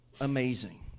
amazing